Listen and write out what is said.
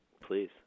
Please